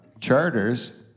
Charters